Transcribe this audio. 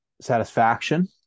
satisfaction